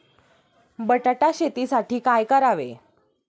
बटाटा शेतीसाठी काय करावे?